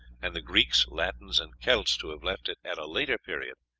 and the greeks, latins, and celts to have left it at a later period,